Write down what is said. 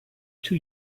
two